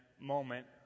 moment